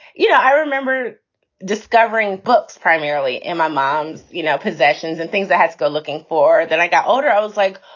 you know, i remember discovering books primarily in my mom, you know, possessions and things that had go looking for. then i got older. i was like,